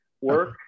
work